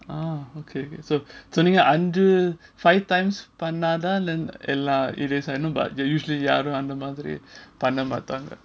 oh okay so நீங்க அஞ்சு:neenga anju five times பண்ணா தான் எல்லாம்:pannathan ellam erase ஆகும்:agum they usually யாரும் அந்த மாதிரி பண்ண மாட்டாங்க:yarum andha madhiri pannamatanga